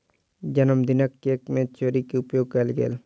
जनमदिनक केक में चेरी के उपयोग कएल गेल